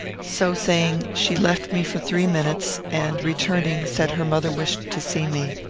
so saying, she left me for three minutes and, returning, said her mother wished to see me.